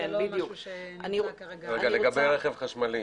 התייחסות לגבי רכב חשמלי.